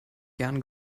gerne